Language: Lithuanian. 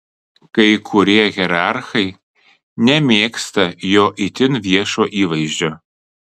kai kurie hierarchai nemėgsta jo itin viešo įvaizdžio